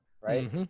right